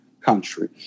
country